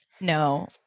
no